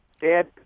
Dad